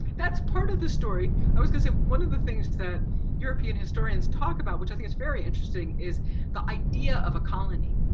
that's part of the story. i was gonna say one of the things that european historians talk about which i think is very interesting is the idea of a colony.